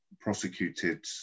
prosecuted